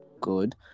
good